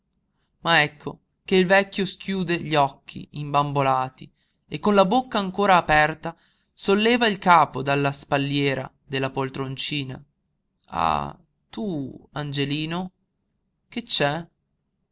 ma ecco che il vecchio schiude gli occhi imbambolati e con la bocca ancora aperta solleva il capo dalla spalliera della poltroncina ah tu angelino che c'è